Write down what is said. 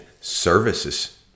services